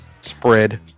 spread